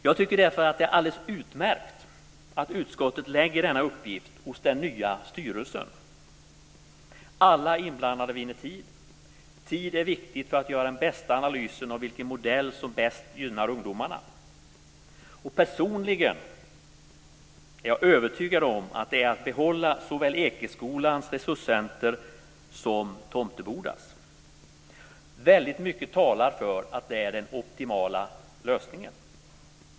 Det är alldeles utmärkt att utskottet lägger denna uppgift hos den nya styrelsen. Alla inblandade vinner därmed tid. Tid är viktigt för att göra den bästa analysen av vilken modell som bäst gynnar ungdomarna. Personligen är jag övertygad om att det är att behålla såväl Ekeskolans resurscentrum som Tomtebodas. Väldigt mycket talar för att det är den optimala lösningen.